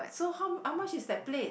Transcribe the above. so how how much is that plate